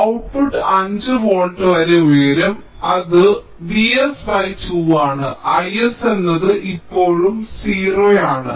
output 5 volt വരെ ഉയരും അത് V s 2 ആണ് I s എന്നത് ഇപ്പോഴും 0 ആണ്